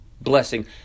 blessing